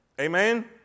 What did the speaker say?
Amen